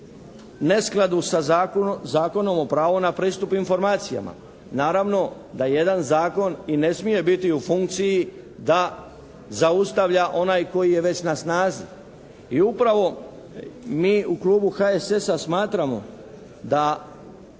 neskladu sa Zakonom o pravu na pristup informacijama. Naravno da jedan zakon i ne smije biti u funkciji da zaustavlja onaj koji je već na snazi i upravo mi u klubu HSS-a smatramo da